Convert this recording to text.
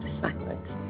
silence